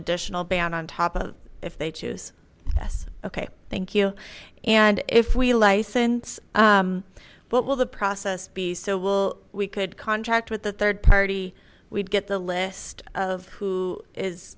additional ban on top of if they choose yes okay thank you and if we license what will the process be so will we could contract with the third party we'd get the list of who is